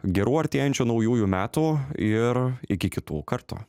gerų artėjančių naujųjų metų ir iki kitų kartų